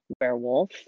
werewolf